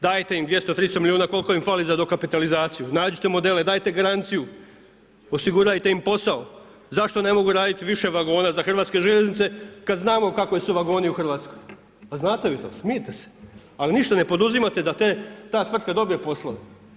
Dajte im 200, 300 milijuna koliko im fali za dokapitalizaciju, nađite modele, dajte garanciju, osigurajte im posao, zašto ne mogu raditi više vagona za HŽ kad znamo kakvi su vagoni u Hrvatskoj, a znate vi to, smijte se, ali ništa ne poduzimate da ta tvrtka dobije poslove.